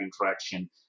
interaction